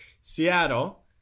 Seattle